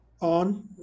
on